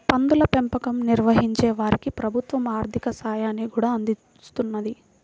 పందుల పెంపకం నిర్వహించే వారికి ప్రభుత్వం ఆర్ధిక సాయాన్ని కూడా అందిస్తున్నది